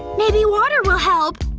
maybe water will help